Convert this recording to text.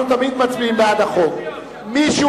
מי שהוא